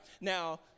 Now